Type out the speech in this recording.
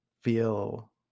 feel